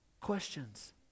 questions